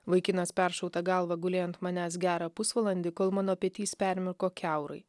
vaikinas peršauta galva gulėjo ant manęs gerą pusvalandį kol mano petys permirko kiaurai